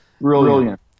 brilliant